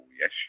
yes